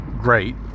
great